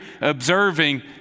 observing